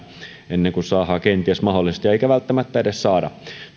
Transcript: ennen kuin saadaan kenties mahdollisesti eikä välttämättä edes saada